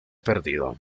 perdido